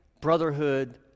brotherhood